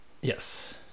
Yes